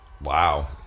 Wow